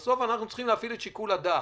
אנחנו צריכים להפעיל שיקול דעת.